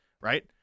right